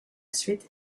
suite